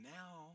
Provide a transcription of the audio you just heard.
now